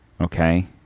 Okay